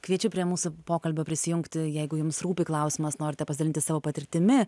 kviečiu prie mūsų pokalbio prisijungti jeigu jums rūpi klausimas norite pasidalinti savo patirtimi